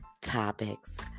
topics